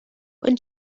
when